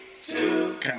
two